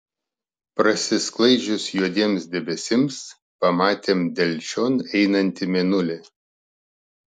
prasisklaidžius juodiems debesims pamatėm delčion einantį mėnulį